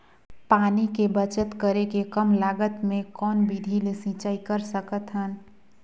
पानी के बचत करेके कम लागत मे कौन विधि ले सिंचाई कर सकत हन?